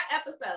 episode